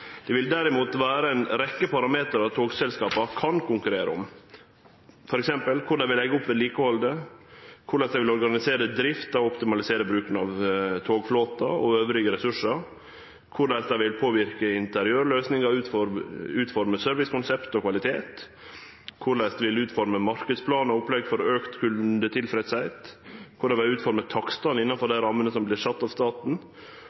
Det vil derimot vere ei rekkje parameterar som togselskapa kan konkurrere om, t.d. korleis dei vil leggje opp vedlikehaldet, korleis dei vil organisere drift og optimalisere bruken av togflåten og andre ressursar, korleis dei vil påverke interiørløysingar og utforme servicekonsept og kvalitet, korleis dei vil utforme marknadsplanar og opplegg for auka kundetilfredsheit, korleis dei vil utforme takstane innanfor dei rammene som vert sette av staten,